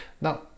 Now